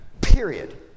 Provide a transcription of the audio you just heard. period